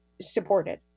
supported